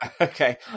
Okay